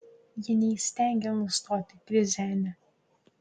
jie neįstengia nustoti krizenę